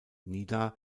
nida